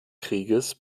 krieges